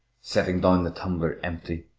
setting down the tumbler empty,